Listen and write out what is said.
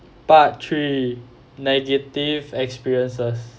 part three negative experiences